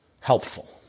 helpful